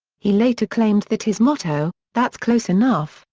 he later claimed that his motto, that's close enough,